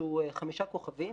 שהוא חמישה כוכבים,